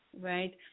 right